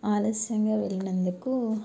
ఆలస్యంగా వెళ్ళినందుకు